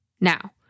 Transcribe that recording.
Now